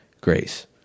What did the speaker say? Grace